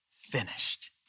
finished